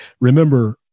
remember